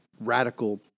radical